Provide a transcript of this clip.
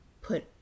put